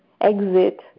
exit